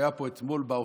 היא הייתה פה אתמול בהופעה